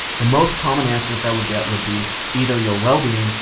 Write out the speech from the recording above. the most common answers i would get would be either your wellbeing,